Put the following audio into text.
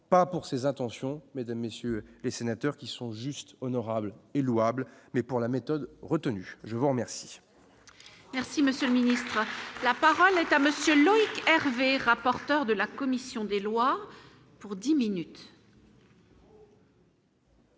pas pour ses intentions mais de messieurs les sénateurs, qui sont juste honorable et louable, mais pour la méthode retenue, je vous remercie. Merci monsieur le ministre, la parole est à monsieur Loïc Hervé rap. Porteur de la commission des lois pour 10 minutes.